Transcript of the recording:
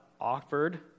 offered